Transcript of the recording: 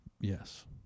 Yes